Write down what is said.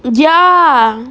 ya